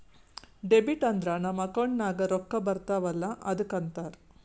debit ಅಂದುರ್ ನಮ್ account ನಾಗ್ ರೊಕ್ಕಾ ಬರ್ತಾವ ಅಲ್ಲ ಅದ್ದುಕ ಅಂತಾರ್